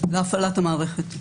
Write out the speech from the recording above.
להפעלת המערכת.